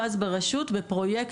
סמים.